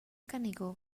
canigó